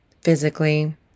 physically